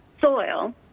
soil